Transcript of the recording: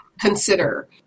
consider